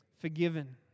forgiven